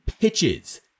pitches